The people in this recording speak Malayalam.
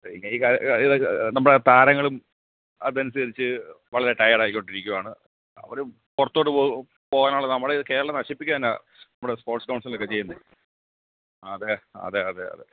പിന്നെ ഈ നമ്മളുടെ താരങ്ങളും അതനുസരിച്ച് വളരെ ടയേഡായിക്കൊണ്ടിരിക്കുകയാണ് അവർ പുറത്തോട്ട് പോകാനുള്ള നമ്മളുടെ കേരളം നശിപ്പിക്കാനാണ് നമ്മുടെ സ്പോട്സ് കൗൺസിലൊക്കെ ചെയ്യുന്നത് അതേ അതെ അതെ അതെ